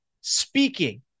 speaking